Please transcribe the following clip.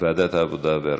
ועדת העבודה והרווחה.